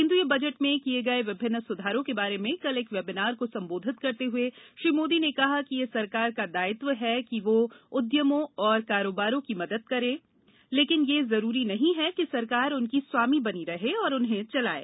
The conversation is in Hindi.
केन्द्रीय बजट में किये गये विभिन्न सुधारों के बारे में कल एक वेबिनार को संबोधित करते हुए श्री मोदी ने कहा कि यह सरकार का दायित्व है कि वह उद्यमों और कारोबारों की मदद करे लेकिन यह जरूरी नहीं है कि सरकार उनकी स्वामी बनी रहे और उन्हें चलाये